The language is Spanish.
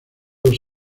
dos